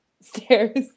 stairs